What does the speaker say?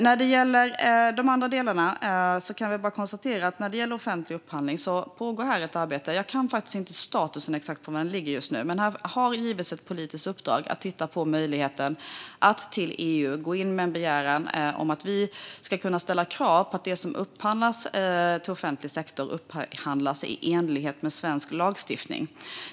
När det gäller offentlig upphandling kan jag konstatera att det pågår ett arbete. Jag vet inte vad status är just nu, men det har getts ett politiskt uppdrag att titta på möjligheten att till EU gå in med en begäran om att vi ska kunna ställa krav på att det som upphandlas till offentlig sektor upphandlas i enlighet med svensk lagstiftning.